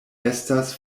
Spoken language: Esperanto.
estas